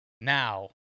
now